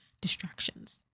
distractions